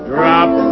Drop